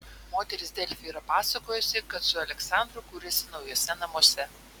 moteris delfi yra pasakojusi kad su aleksandru kuriasi naujuose namuose